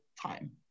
time